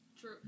True